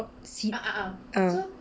sit uh